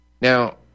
Now